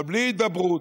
אבל בלי הידברות,